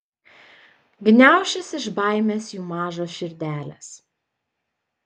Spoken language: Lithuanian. gniaušis iš baimės jų mažos širdelės